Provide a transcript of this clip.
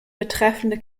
betreffende